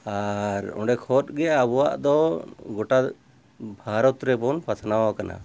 ᱟᱨ ᱚᱸᱰᱮ ᱠᱷᱚᱱᱜᱮ ᱟᱵᱚᱣᱟᱜ ᱫᱚ ᱜᱚᱴᱟ ᱵᱷᱟᱨᱚᱛ ᱨᱮᱵᱚᱱ ᱯᱟᱥᱱᱟᱣ ᱟᱠᱟᱱᱟ